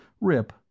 Rip